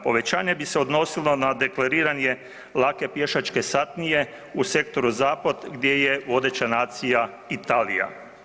Povećanje bi se odnosilo na deklariranje lake pješačke satnije u sektoru Zapad gdje je vodeća nacija Italija.